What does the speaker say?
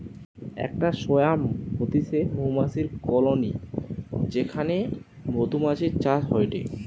একটা সোয়ার্ম হতিছে মৌমাছির কলোনি যেখানে মধুমাছির চাষ হয়টে